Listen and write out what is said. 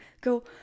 go